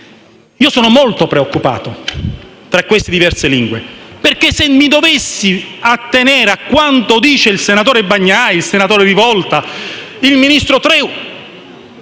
Io sono molto preoccupato per queste diverse lingue, perché se mi dovessi attenere a quanto dicono il senatore Bagnai, la senatrice Rivolta, il ministro Tria,